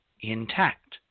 intact